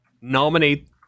nominate